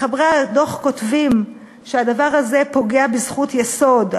מחברי הדוח כותבים שהדבר הזה פוגע בזכות יסוד,